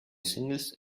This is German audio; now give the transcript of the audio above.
singles